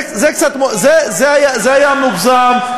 זה היה מוגזם.